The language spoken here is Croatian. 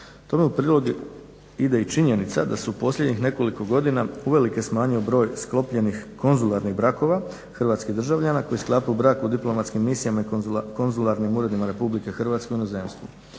Tome u prilog ide i činjenica da se u posljednjih nekoliko godina uvelike smanjio broj sklopljenih konzularnih brakova hrvatskih državljana koji sklapaju brak u diplomatskim misijama i konzularnim uredima RH u inozemstvu.